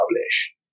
publish